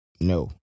No